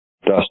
dust